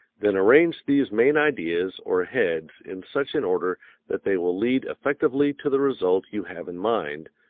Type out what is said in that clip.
then arrange these main ideas or heads in such an order that they will lead effectively to the result you have in mind,